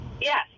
Yes